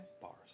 Bars